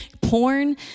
porn